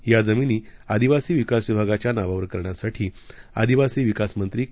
या जमिनी आदिवासी विकास विभागाच्या नावावर करण्यासाठी आदिवासी विकास मंत्री के